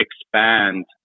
expand